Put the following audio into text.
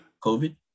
COVID